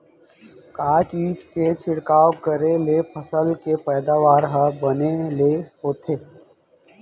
का चीज के छिड़काव करें ले फसल के पैदावार ह बने ले होथे?